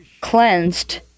cleansed